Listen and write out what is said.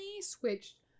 switched